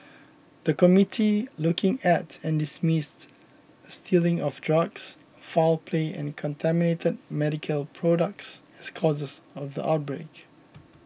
the committee looked at and dismissed stealing of drugs foul play and contaminated medical products as causes of the outbreak